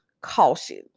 caution